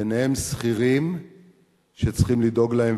ביניהם יש שכירים שצריכים לדאוג להם,